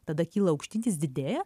tada kyla aukštyn jis didėja